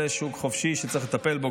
זה שוק חופשי שצריך גם בו